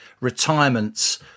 retirements